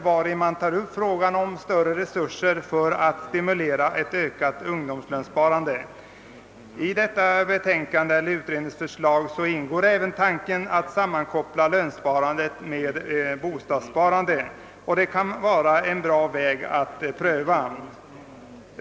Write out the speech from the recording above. Där tar man upp frågan om större resurser för att stimulera ett ökat ungdomslönsparande. I detta förslag ingår även tanken att sammankoppla lönsparandet med bostadssparandet, en väg som kan vara värd att prövas.